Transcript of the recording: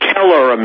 Keller